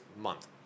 month